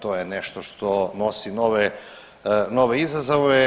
To je nešto što nosi nove izazove.